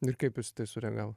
ir kaip jūs į tai sureagavot